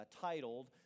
titled